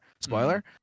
spoiler